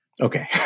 Okay